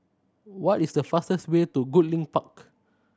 what is the fastest way to Goodlink Park